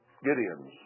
Gideon's